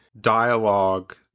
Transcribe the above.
dialogue